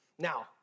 Now